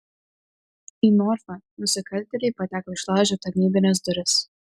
į norfą nusikaltėliai pateko išlaužę tarnybines duris